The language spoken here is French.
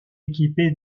équipé